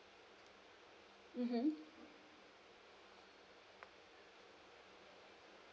mmhmm